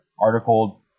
article